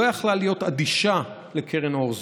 לא יכלה להיות אדישה לקרן אור זו.